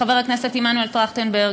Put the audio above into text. חבר הכנסת מנואל טרכטנברג,